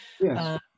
Yes